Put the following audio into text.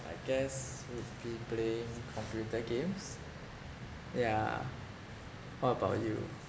I guess would be playing computer games yeah what about you